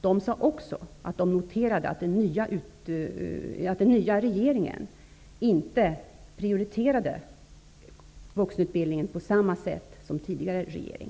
De sade också att de noterat att den nya regeringen inte prioriterade vuxenutbildningen på samma sätt som tidigare regering.